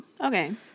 Okay